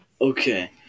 Okay